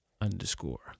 underscore